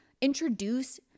introduce